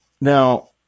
Now